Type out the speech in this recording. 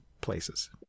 places